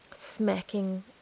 smacking